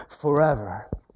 forever